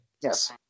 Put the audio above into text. Yes